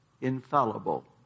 infallible